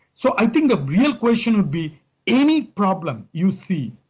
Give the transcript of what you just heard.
so i think the real question would be any problem you see,